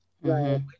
right